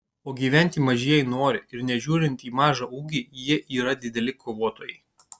o gyventi mažieji nori ir nežiūrint į mažą ūgį jie yra dideli kovotojai